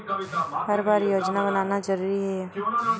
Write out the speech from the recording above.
हर बार योजना बनाना जरूरी है?